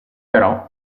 però